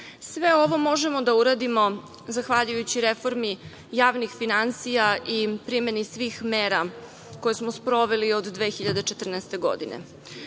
ovo možemo da uradimo zahvaljujući reformi javnih finansija i primeni svih mera koje smo sproveli od 2014. godine. Ako